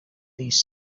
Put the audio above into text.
these